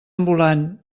ambulant